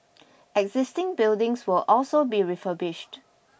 existing buildings will also be refurbished